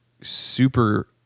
super